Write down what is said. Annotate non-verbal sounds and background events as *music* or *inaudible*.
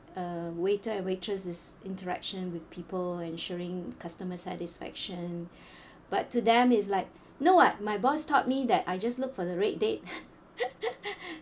uh waiter and waitress is interaction with people ensuring customer satisfaction *breath* but to them is like no [what] my boss taught me that I just look for the red date *laughs*